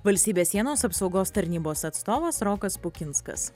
valstybės sienos apsaugos tarnybos atstovas rokas pukinskas